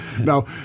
No